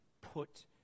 put